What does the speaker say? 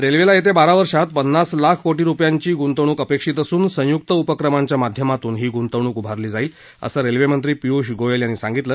रेल्वेला येत्या बारा वर्षात पन्नास लाख कोटी रुपयांची गुंतवणूक अपेक्षित असून संयुक्त उपक्रमांच्या माध्यमातून ही गुंतवणूक उभारली जाईल असं रेल्वेमंत्री पियुष गोयल यांनी सांगितलं